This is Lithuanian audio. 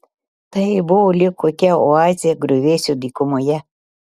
tai buvo lyg kokia oazė griuvėsių dykumoje